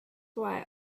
why